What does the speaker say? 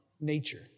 nature